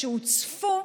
שהוצפו.